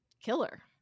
killer